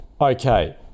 Okay